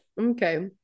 Okay